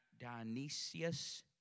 Dionysius